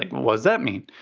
was that mean?